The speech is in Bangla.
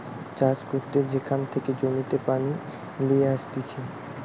চাষ করতে যেখান থেকে জমিতে পানি লিয়ে আসতিছে